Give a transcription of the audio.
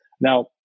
Now